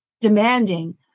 demanding